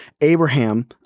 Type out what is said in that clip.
Abraham